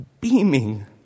beaming